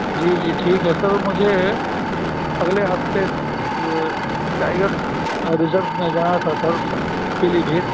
جی جی ٹھیک ہے سر مجھے اگلے ہفتے ٹائیگرس ریزرو میں جانا تھا سر پیلی بھیت